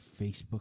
Facebook